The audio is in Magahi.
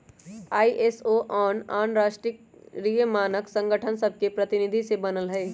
आई.एस.ओ आन आन राष्ट्रीय मानक संगठन सभके प्रतिनिधि से बनल हइ